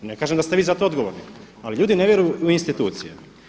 Ne kažem da ste vi za to odgovorni, ali ljudi ne vjeruju u institucije.